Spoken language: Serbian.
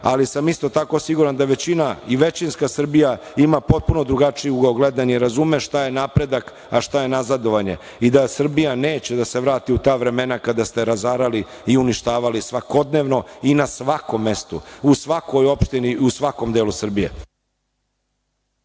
ali sam isto tako siguran da većina i većinska Srbija ima potpuno drugačiji ugao gledanja i razume šta je napredak, a šta je nazadovanje i da Srbija neće da se vrati u ta vremena kada ste je razarali i uništavali svakodnevno i na svakom mestu, u svakoj opštini i u svakom delu Srbije.